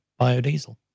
biodiesel